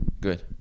Good